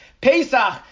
Pesach